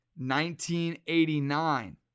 1989